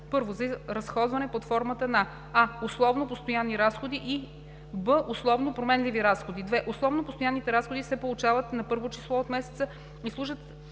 1. За разходване под формата на: а) условно постоянни разходи, и б) условно променливи разходи. 2. Условно постоянните разходи се получават на първо число от месеца и служат